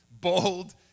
bold